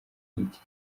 nk’iki